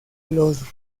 los